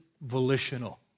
volitional